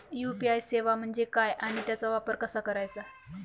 UPI सेवा म्हणजे काय आणि त्याचा वापर कसा करायचा?